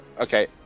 Okay